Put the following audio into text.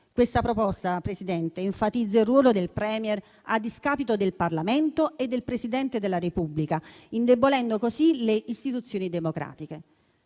Questa proposta, signora Presidente, enfatizza il ruolo del *Premier* a discapito del Parlamento e del Presidente della Repubblica, indebolendo così le istituzioni democratiche.